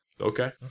Okay